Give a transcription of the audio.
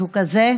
משהו כזה,